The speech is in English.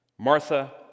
Martha